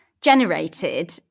generated